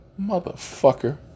Motherfucker